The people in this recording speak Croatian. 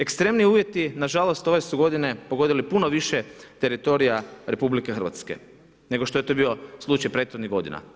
Ekstremni uvjeti nažalost, ove su godine, pogodili puno više teritorija RH, nego što je to bio slučaj prethodnih godina.